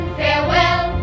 farewell